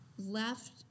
Left